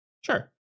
sure